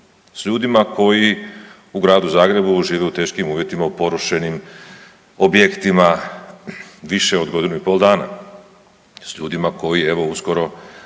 S ljudima koji u Gradu Zagrebu žive u teškim uvjetima u porušenim objektima više od godinu i pol dana. S ljudi koji evo uskoro